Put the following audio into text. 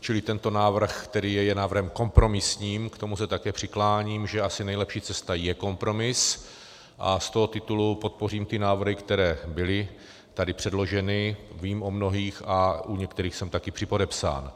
Čili tento návrh, které je návrhem kompromisním, k tomu se také přikláním, že asi nejlepší cesta je kompromis, a z toho titulu podpořím ty návrhy, které byly tady předloženy, vím o mnohých a u některých jsem taky připodepsán.